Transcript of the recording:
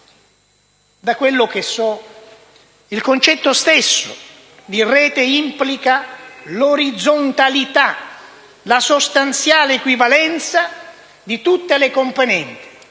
Da quello che so, il concetto stesso di rete implica l'orizzontalità, la sostanziale equivalenza di tutte le componenti.